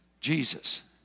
Jesus